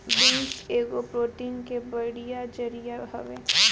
beans एगो protein के बढ़िया जरिया हवे